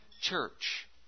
church